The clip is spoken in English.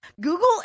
google